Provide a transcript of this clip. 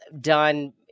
done